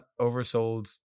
oversold